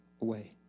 away